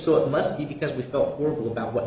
so it must be because we felt horrible about what